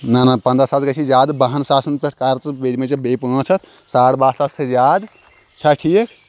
نَہ نَہ پنٛداہ ساس گژھِ زیادٕ بَہَن ساسَن پٮ۪ٹھ کَر ژٕ بہٕ دِمَے ژےٚ بیٚیہِ پانٛژھ ہَتھ ساڑ بَہہ ساس تھٲیزِ یاد چھےٚ ٹھیٖک